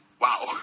Wow